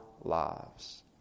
lives